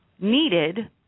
needed